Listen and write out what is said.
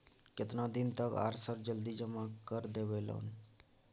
केतना दिन तक आर सर जल्दी जमा कर देबै लोन?